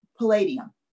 Palladium